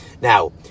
Now